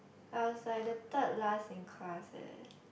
I was like the third last in class eh